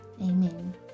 Amen